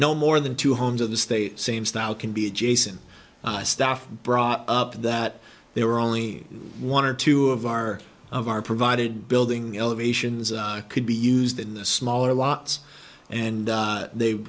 no more than two homes of the state same style can be adjacent staff brought up that they were only one or two of our of our provided building elevations could be used in the smaller lots and they